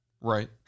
Right